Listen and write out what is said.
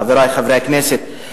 חברי חברי הכנסת,